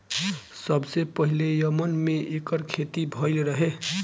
सबसे पहिले यमन में एकर खेती भइल रहे